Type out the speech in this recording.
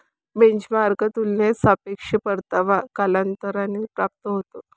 बेंचमार्कच्या तुलनेत सापेक्ष परतावा कालांतराने प्राप्त होतो